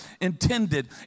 intended